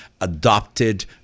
adopted